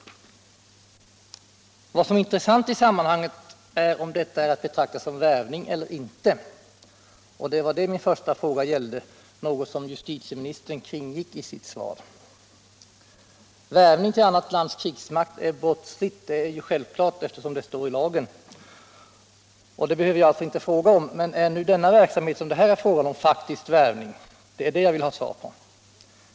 Vad som är intressant i sammanhanget är om detta är att betrakta som värvning eller inte, och det var det min första fråga gällde — något som justitieministern kringgick i sitt svar. Värvning till annat lands krigsmakt är brottslig. Det är ju självklart, eftersom det står i lagen, och det behöver jag alltså inte fråga om. Men är nu denna verksamhet, som det här gäller, faktiskt värvning? Det är den frågan jag vill ha svar på.